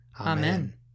Amen